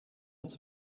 uns